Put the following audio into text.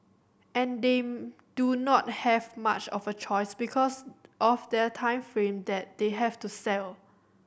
and they do not have much of a choice because of their time frame that they have to sell